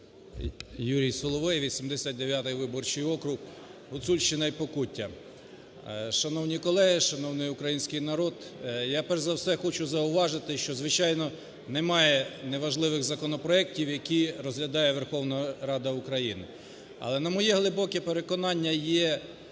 Юрій Соловей, 89-й виборчий округ, Гуцульщина і Покуття. Шановні колеги! Шановний український народ! Я перш за все хочу зауважити, що, звичайно, немає не важливих законопроектів, які розглядає Верховна Рада України. Але на моє глибоке переконання, є